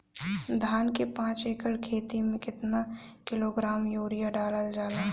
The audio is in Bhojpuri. धान के पाँच एकड़ खेती में केतना किलोग्राम यूरिया डालल जाला?